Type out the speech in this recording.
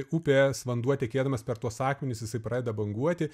upės vanduo turėdamas per tuos akmenis jisai pradeda banguoti